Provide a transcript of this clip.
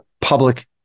public